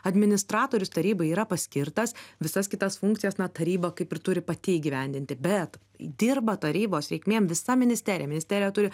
administratorius tarybai yra paskirtas visas kitas funkcijas na taryba kaip ir turi pati įgyvendinti bet dirba tarybos reikmėm visa ministerija ministerija turi